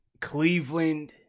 Cleveland